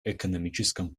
экономическом